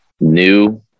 new